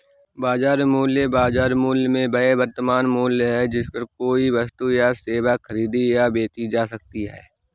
बाजार मूल्य, बाजार मूल्य में वह वर्तमान मूल्य है जिस पर कोई वस्तु या सेवा खरीदी या बेची जा सकती है